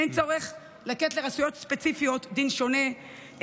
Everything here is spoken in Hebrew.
אין צורך לתת לרשויות ספציפיות דין שונה,